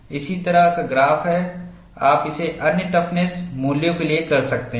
इसी तरह का ग्राफ आप इसे अन्य टफनेस मूल्यों के लिए कर सकते हैं